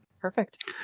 Perfect